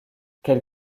quelle